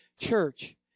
church